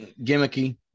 gimmicky